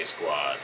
squad